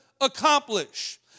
accomplish